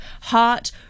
heart